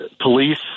Police